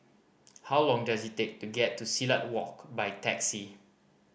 how long does it take to get to Silat Walk by taxi